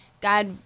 God